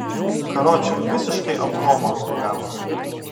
karoče visiškai ablomą pagavot